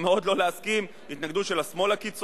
ומאוד לא להסכים להתנגדות של השמאל הקיצוני